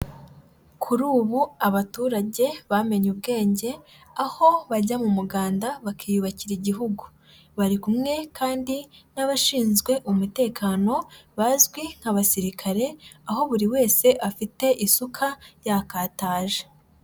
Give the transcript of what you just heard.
Kuri ubu abaturage bamenye ubwenge, aho bajya mu muganda bakiyubakira Igihugu, bari kumwe kandi n'abashinzwe umutekano bazwi nk'abasirikare, aho buri wese afite isuka yakataje.